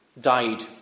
died